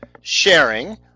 sharing